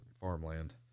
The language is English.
farmland